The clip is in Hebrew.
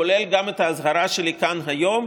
כולל האזהרה שלי כאן היום,